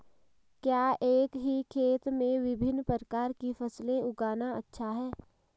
क्या एक ही खेत में विभिन्न प्रकार की फसलें उगाना अच्छा है?